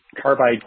carbide